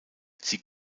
sie